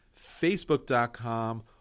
facebook.com